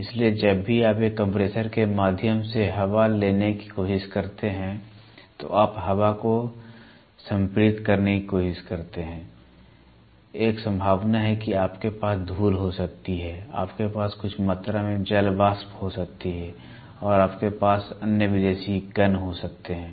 इसलिए जब भी आप एक कंप्रेसर के माध्यम से हवा लेने की कोशिश करते हैं तो आप हवा को संपीड़ित करने की कोशिश करते हैं एक संभावना है कि आपके पास धूल हो सकती है आपके पास कुछ मात्रा में जल वाष्प हो सकता है और आपके पास अन्य विदेशी कण हो सकते हैं